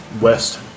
West